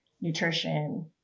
nutrition